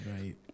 right